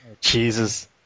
Jesus